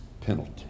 penalty